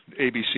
ABC